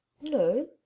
No